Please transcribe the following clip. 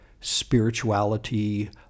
spirituality